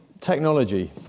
Technology